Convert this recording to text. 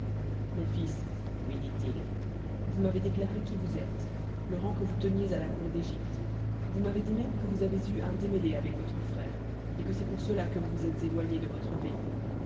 mon fils lui dit-il vous m'avez déclaré qui vous êtes le rang que vous teniez à la cour d'égypte vous m'avez dit même que vous avez eu un démêlé avec votre frère et que c'est pour cela que vous vous êtes éloigné de votre pays